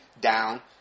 down